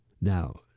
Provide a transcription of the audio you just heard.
now